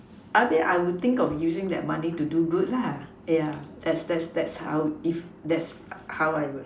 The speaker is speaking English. okay I will think of using that money to do good lah yeah that's that's that's how is that's how I would